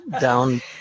down